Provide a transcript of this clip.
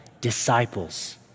disciples